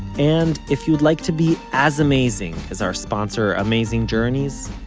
and, if you'd like to be as amazing as our sponsor amazing journeys,